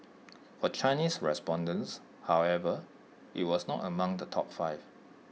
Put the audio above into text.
for Chinese respondents however IT was not among the top five